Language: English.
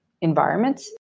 environments